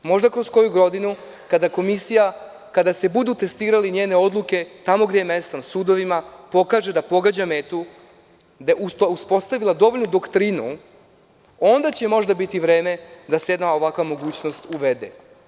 Možda kroz koju godinu, kada se budu testirale njene odluke tamo gde je mesto, na sudovima, pokaže da pogađa metu, da je uspostavila dovoljnu doktrinu i onda će možda biti vreme da se jedna ovakva mogućnost uvede.